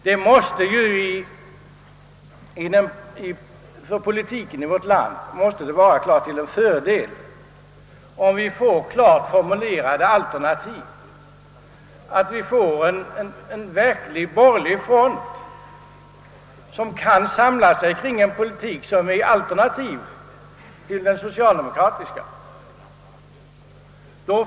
Det måste ju för politiken i vårt land vara en klar fördel, om vi får tydligt formulerade ståndpunkter, d. v. s. en verklig borgerlig front som kan samla sig kring en politik som utgör ett alternativ till den socialdemokratiska.